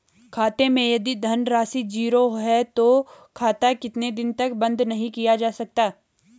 खाते मैं यदि धन राशि ज़ीरो है तो खाता कितने दिन तक बंद नहीं किया जा सकता?